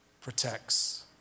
protects